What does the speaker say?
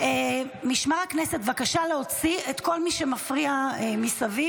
משמר הכנסת, בבקשה, להוציא את כל מי שמפריע מסביב.